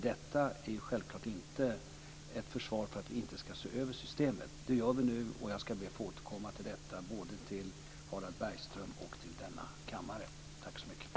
Detta är självklart inte ett försvar för att vi inte ska se över systemet. Det gör vi nu, och jag ska be att få återkomma till detta både till Harald Bergström och till denna kammare. Tack så mycket!